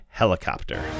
helicopter